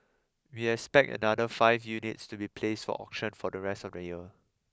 we expect another five units to be placed for auction for the rest of the year